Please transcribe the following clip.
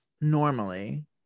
normally